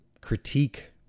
critique